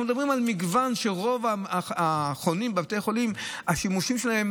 אנחנו מדברים על המגוון של רוב החונים בבתי חולים והשימושים שלהם.